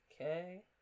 Okay